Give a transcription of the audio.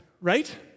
right